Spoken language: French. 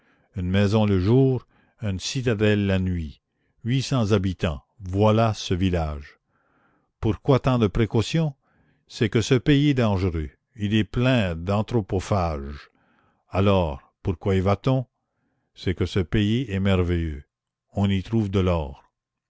une maison le jour une citadelle la nuit huit cents habitants voilà ce village pourquoi tant de précautions c'est que ce pays est dangereux il est plein d'anthropophages alors pourquoi y va-t-on c'est que ce pays est merveilleux on y trouve de l'or